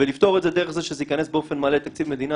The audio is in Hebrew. לפתור את זה דרך זה שזה ייכנס באופן מלא לתקציב מדינה